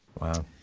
Wow